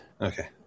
Okay